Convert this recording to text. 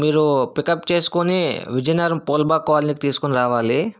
మీరు పికప్ చేసుకుని విజయనగరం పోల్బాగ్ కాలనీ తీసుకొని రావాలి